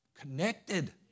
connected